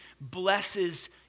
blesses